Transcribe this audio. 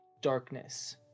darkness